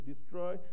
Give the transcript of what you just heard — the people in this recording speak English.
destroy